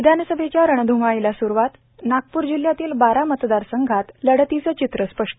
विधानसभेच्या रणधुमाळीला सुरूवात नागपुर जिल्ह्यातील बारा मतदारसंघात लढतीचे चित्र स्पष्ट